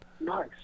Nice